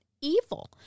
evil